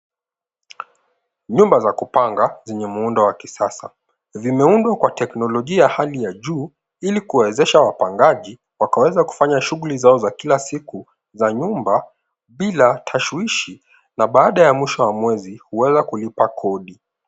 Nyumba za kupanga zenye muundo wa kisasa zimeundwa kwa teknolojia ya hali ya juu ili kuwa wezesha wapangaji wakaweza kufanya shughuli zao za kila siku za nyumba bila tashwishi na baada ya mwisho wa mwezi kuweza kulipa kodi.